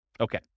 Okay